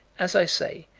as i say,